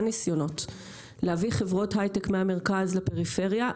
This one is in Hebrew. ניסיונות להביא חברות היי-טק מהמרכז לפריפריה,